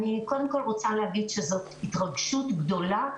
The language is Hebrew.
אני קודם כל רוצה להגיד שזאת התרגשות גדולה.